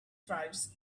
stripes